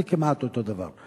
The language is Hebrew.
זה כמעט אותו דבר.